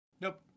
Nope